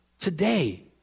today